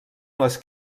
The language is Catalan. les